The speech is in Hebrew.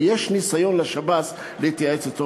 ולשב"ס יש ניסיון בהתייעצות אתו.